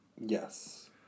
Yes